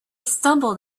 stumbled